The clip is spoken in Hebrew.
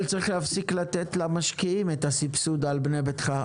אבל צריך להפסיק לתת למשקיעים את הסבסוד על בנה ביתך,